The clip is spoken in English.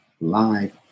live